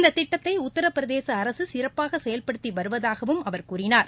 இந்த திட்டத்தை உத்திரபிரதேச அரசு சிறப்பாக செயல்படுத்தி வருவதாகவும் அவர் கூறினார்